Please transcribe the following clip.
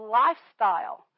lifestyle